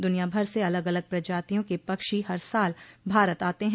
दुनिया भर से अलग अलग प्रजातियों के पक्षी हर साल भारत आते हैं